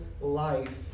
life